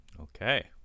Okay